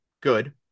Good